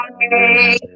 Hey